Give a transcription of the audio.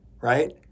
right